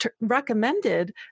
recommended